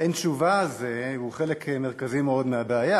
והאין-תשובה הזה הוא חלק מרכזי מאוד מהבעיה,